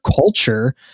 culture